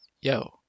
yo